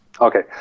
Okay